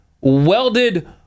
welded